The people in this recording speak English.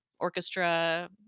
orchestra